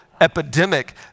epidemic